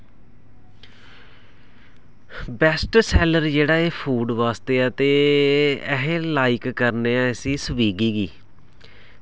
best seller जेह्ड़ा एह् food वास्तै ऐ ते असें लाईक करने आं इस्सी स्विगी गी